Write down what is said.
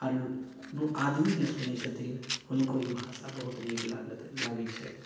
आ आदमी जे सुनै छथिन हुनको ई भाषा बहुत नीक लागै छै